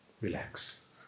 Relax